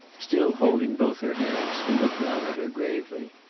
still holding both her hands, he looked down at her gravely.